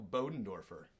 Bodendorfer